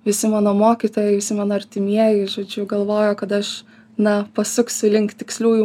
visi mano mokytojai visi mano artimieji žodžiu galvojo kad aš na pasuksiu link tiksliųjų